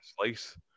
slice